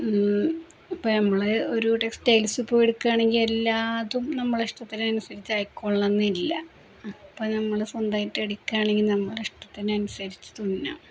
അപ്പോള് നമ്മള് ഒരു ടെക്സ്റ്റൈൽസില് പോയി എടുക്കുകയാണെങ്കില് എല്ലാം നമ്മളെ ഇഷ്ടത്തിനനുസരിച്ച് ആയിക്കൊള്ളണമെന്നില്ല അപ്പോള് നമ്മള് സ്വന്തമായിട്ടെടുക്കുകയാണെങ്കില് നമ്മളെ ഇഷ്ടത്തിനനുസരിച്ചു തുന്നാം